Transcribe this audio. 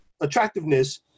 attractiveness